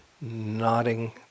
nodding